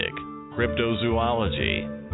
Cryptozoology